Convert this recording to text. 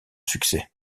succès